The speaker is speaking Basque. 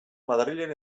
madrilen